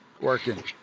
Working